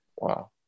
Wow